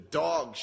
dog